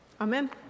Amen